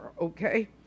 Okay